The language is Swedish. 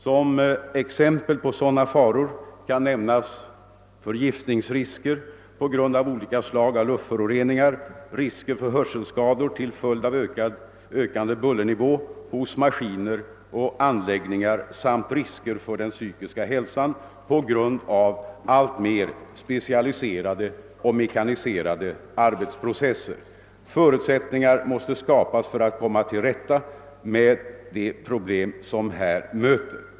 Som exempel på sådana faror kan nämnas förgiftningsrisker på grund av olika slag av luftföroreningar, risker för hörselskador till följd av ökande bullernivå hos maskiner och anläggningar samt risker för den psykiska hälsan på grund av alltmer specialiserade och mekaniserade arbetsprocesser. Förutsättningar måste skapas för att komma till rätta med de problem som här möter.